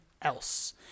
else